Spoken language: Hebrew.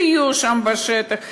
שיהיו שם בשטח,